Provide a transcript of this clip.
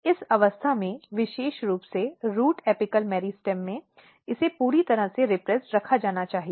इस अवस्था में विशेष रूप से रूट एपिकल मेरिस्टेम में इसे पूरी तरह से दमित रखा जाना चाहिए